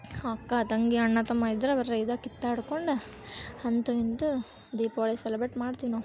ಅಕ್ಕ ತಂಗಿ ಅಣ್ಣ ತಮ್ಮ ಇದ್ರೆ ಬರೇ ಇದೇ ಕಿತ್ತಾಡ್ಕೊಂಡು ಅಂತೂ ಇಂತೂ ದೀಪಾವಳಿ ಸೆಲಬ್ರೇಟ್ ಮಾಡ್ತೀವಿ ನಾವು